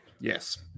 Yes